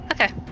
okay